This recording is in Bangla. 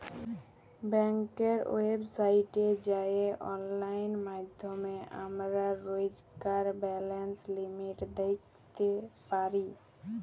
ব্যাংকের ওয়েবসাইটে যাঁয়ে অললাইল মাইধ্যমে আমরা রইজকার ব্যায়ের লিমিট দ্যাইখতে পারি